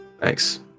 Thanks